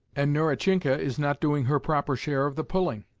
and nerusinka is not doing her proper share of the pulling.